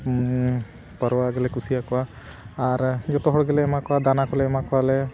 ᱦᱮᱸ ᱯᱟᱣᱨᱟ ᱜᱮᱞᱮ ᱠᱩᱥᱤᱭᱟᱠᱚᱣᱟ ᱟᱨ ᱡᱷᱚᱛᱚ ᱦᱚᱲ ᱜᱮᱞᱮ ᱮᱢᱟ ᱠᱚᱣᱟ ᱫᱟᱱᱟ ᱠᱚᱞᱮ ᱮᱢᱟ ᱠᱚᱣᱟᱞᱮ